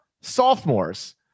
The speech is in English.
sophomores